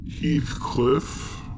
Heathcliff